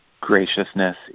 graciousness